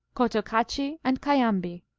cotacachi and cayambi.